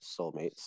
Soulmates